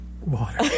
water